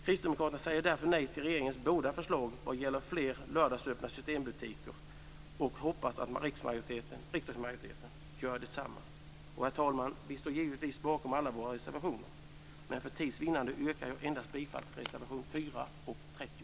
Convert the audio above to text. Kristdemokraterna säger därför nej till regeringens båda förslag vad gäller fler och lördagsöppna Systembutiker och hoppas att riksdagsmajoriteten gör detsamma. Herr talman! Vi står givetvis bakom alla våra reservationer, men för tids vinnande yrkar jag bifall endast till reservationerna 4 och 30.